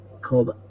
called